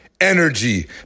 energy